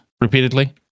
repeatedly